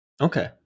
Okay